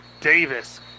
Davis